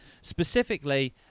specifically